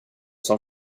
som